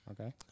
Okay